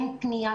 אין פנייה,